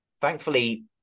Thankfully